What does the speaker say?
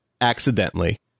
accidentally